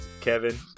Kevin